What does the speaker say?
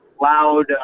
loud